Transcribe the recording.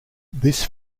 this